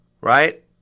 right